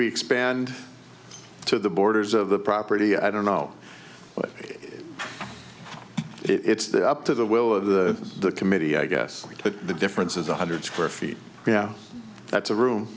we expand to the borders of the property i don't know but it's up to the will of the committee i guess but the difference is one hundred square feet yeah that's a room